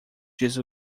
disse